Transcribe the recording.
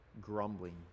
grumbling